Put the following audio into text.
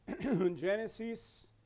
Genesis